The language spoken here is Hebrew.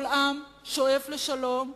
כל עם שואף לשלום,